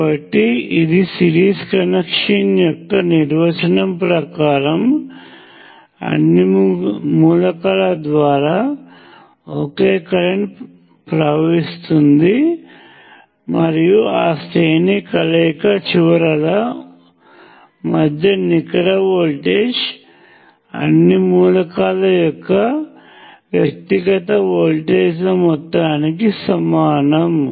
కాబట్టి ఇది series connection యొక్క నిర్వచనం ప్రకారము అన్ని మూలకాల ద్వారా ఒకే కరెంట్ ప్రవహిస్తుంది మరియు ఆ శ్రేణి కలయిక చివరల మధ్య నికర వోల్టేజ్ అన్ని మూలకాల యొక్క వ్యక్తిగత వోల్టేజ్ల మొత్తానికి సమానము